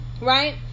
right